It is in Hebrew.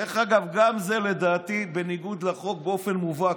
דרך אגב, גם זה לדעתי בניגוד לחוק באופן מובהק.